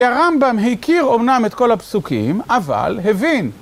הרמב״ם הכיר אומנם את כל הפסוקים, אבל הבין.